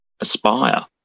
aspire